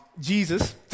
Jesus